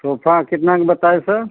sofa कितना में बताए सर